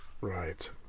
Right